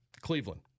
Cleveland